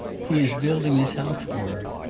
he is building this house for